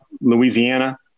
Louisiana